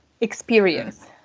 experience